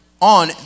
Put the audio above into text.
on